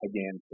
Again